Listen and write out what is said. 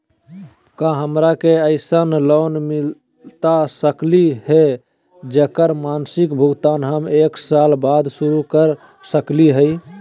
का हमरा के ऐसन लोन मिलता सकली है, जेकर मासिक भुगतान हम एक साल बाद शुरू कर सकली हई?